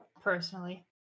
personally